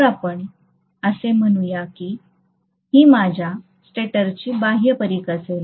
तर आपण असे म्हणूया की ही माझ्या स्टेटरची बाह्य परिघ असेल